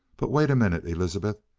but wait a minute, elizabeth.